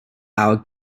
our